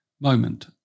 moment